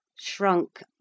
shrunk